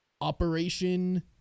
Operation